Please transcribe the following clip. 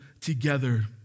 together